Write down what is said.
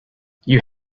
you